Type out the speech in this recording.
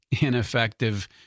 ineffective